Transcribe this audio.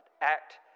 Act